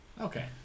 Okay